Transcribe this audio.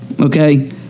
okay